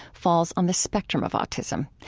falls on the spectrum of autism.